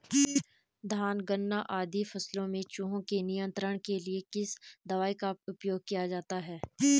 धान गन्ना आदि फसलों में चूहों के नियंत्रण के लिए किस दवाई का उपयोग किया जाता है?